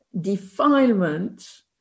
defilement